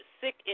Sick